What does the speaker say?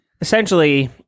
essentially